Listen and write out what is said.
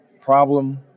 problem